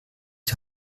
die